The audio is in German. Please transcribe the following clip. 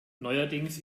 neuerdings